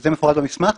וזה מפורט במסמך.